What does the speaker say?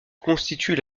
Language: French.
constituent